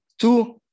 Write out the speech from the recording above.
two